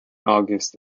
august